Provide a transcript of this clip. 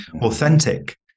authentic